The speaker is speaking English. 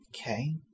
Okay